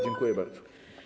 Dziękuję bardzo.